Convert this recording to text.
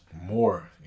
more